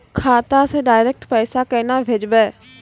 खाता से डायरेक्ट पैसा केना भेजबै?